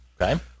Okay